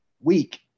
week